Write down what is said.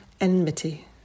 enmity